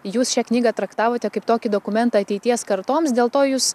jūs šią knygą traktavote kaip tokį dokumentą ateities kartoms dėl to jūs